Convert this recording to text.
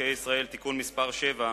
כהצעת חוק מינהל מקרקעי ישראל (תיקון מס' 7),